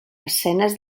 escenes